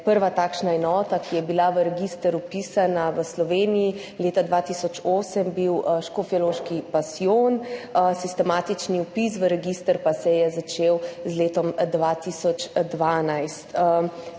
prva takšna enota, ki je bila v register vpisana v Sloveniji leta 2008 bil Škofjeloški pasijon, sistematični vpis v register pa se je začel z letom 2012.